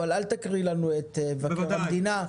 אבל אל תקריא לנו את מבקר המדינה,